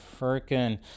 freaking